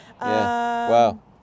Wow